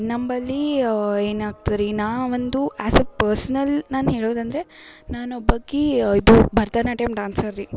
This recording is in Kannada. ನಂಬಲ್ಲಿ ಏನಾಗ್ತ ರೀ ನಾವೊಂದು ಆ್ಯಸ್ ಎ ಪರ್ಸನಲ್ ನಾನು ಹೇಳೋದಂದ್ರೆ ನಾನೊಬ್ಬಾಕಿ ಇದು ಭರತನಾಟ್ಯಮ್ ಡ್ಯಾನ್ಸರ್ ರೀ